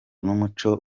n’umuco